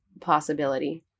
possibility